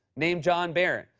named john barron,